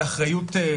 של אחריות חברתית,